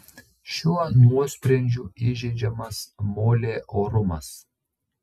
šiuo nuosprendžiu įžeidžiamas molė orumas